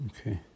okay